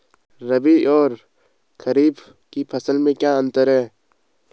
रबी और खरीफ की फसल में क्या अंतर है?